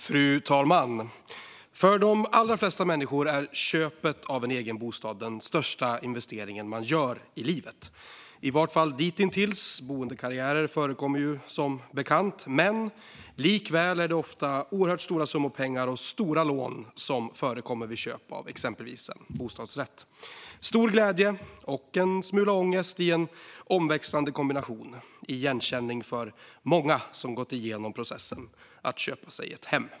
Fru talman! För de allra flesta människor är köpet av en egen bostad den största investering de gör i livet, i vart fall ditintills - boendekarriärer förekommer ju som bekant. Likväl är det ofta oerhört stora summor pengar och stora lån som förekommer vid köp av exempelvis en bostadsrätt. Stor glädje och en smula ångest i en omväxlande kombination - igenkänning för många som gått igenom processen att köpa sig ett hem.